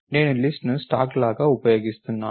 నేను లిస్ట్ ను స్టాక్ లాగా ఉపయోగిస్తున్నాను